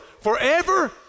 forever